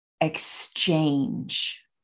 exchange